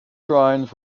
shrines